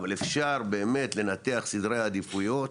אבל אפשר באמת לנתח סדרי עדיפויות